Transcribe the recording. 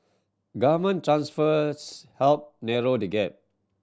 government transfers help narrow the gap